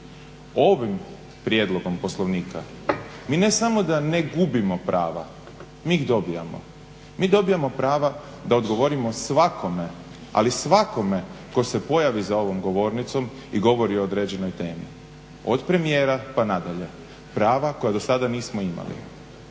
Ovim prijedlogom Poslovnika mi ne samo da ne gubimo prava, mi ih dobijamo. Mi dobijamo prava da odgovorimo svakome, ali svakome tko se pojavi za ovom govornicom i govori o određenoj temi od premijera pa na dalje. Prava koja do sada nismo imali.